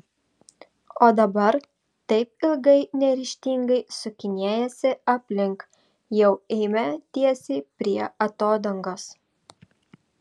o dabar taip ilgai neryžtingai sukinėjęsi aplink jau eime tiesiai prie atodangos